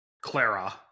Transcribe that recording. Clara